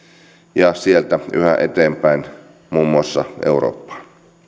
ja sieltä yhä eteenpäin muun muassa eurooppaan